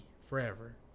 forever